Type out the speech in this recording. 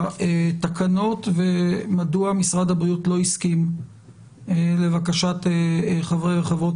לתקנות ומדוע משרד הבריאות לא הסכים לבקשת חברי וחברות